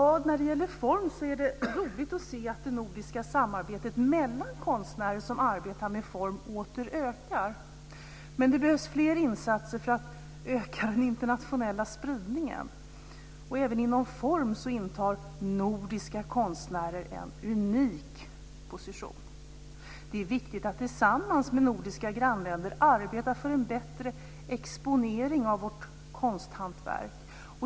När det gäller form är det roligt att se att det nordiska samarbetet mellan konstnärer som arbetar med form åter ökar. Men det behövs fler insatser för att öka den internationella spridningen. Även inom form intar nordiska konstnärer en unik position. Det är viktigt att tillsammans med nordiska grannländer arbeta för en bättre exponering av vårt konsthantverk.